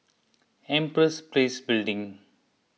Empress Place Building